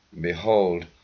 Behold